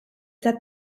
that